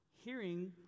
Hearing